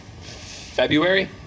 February